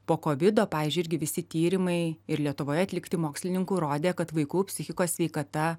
po kovido pavyzdžiui irgi visi tyrimai ir lietuvoje atlikti mokslininkų rodė kad vaikų psichikos sveikata